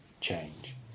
change